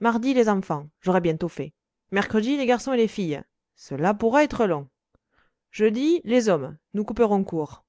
mardi les enfants j'aurai bientôt fait mercredi les garçons et les filles cela pourra être long jeudi les hommes nous couperons court